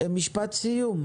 משפט סיום.